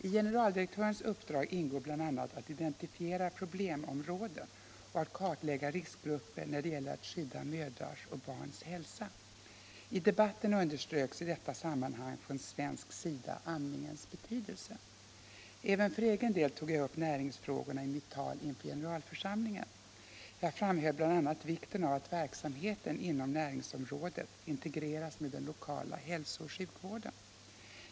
I generaldirektörens uppdrag ingår bl.a. att identifiera problemområden och att kartlägga riskgrupper när det gäller att skydda mödrars och barns hälsa. I debatten underströks i detta sammanhang från svensk sida amningens betydelse. Även för egen del tog jag upp näringsfrågorna i mitt tal inför generalförsamlingen. Jag framhöll bl.a. vikten av att verksamheten inom näringsområdet integreras med den lokala hälsooch sjukvården.